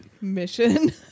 mission